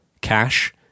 cash